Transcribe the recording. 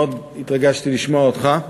מאוד התרגשתי לשמוע אותך,